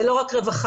זה לא רק רווחה,